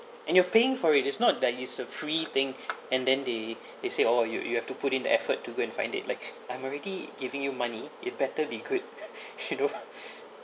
and you're paying for it is not that is a free thing and then they they said orh you you have to put in the effort to go and find it like I'm already giving you money you better be good you know